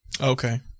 Okay